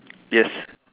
yes